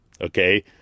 okay